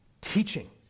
teaching